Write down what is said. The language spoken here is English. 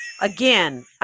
again